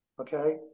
Okay